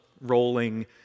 rolling